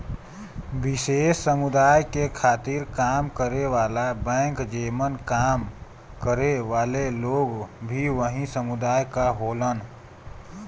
विशेष समुदाय के खातिर काम करे वाला बैंक जेमन काम करे वाले लोग भी वही समुदाय क होलन